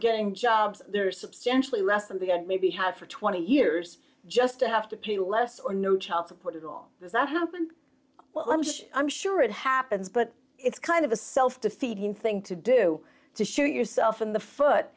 getting jobs there are substantially less than the end maybe have for twenty years just to have to pay less or no child support at all does that happen well i'm sure it happens but it's kind of a self defeating thing to do to shoot yourself in the foot